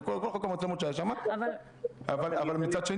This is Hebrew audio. אבל מצד,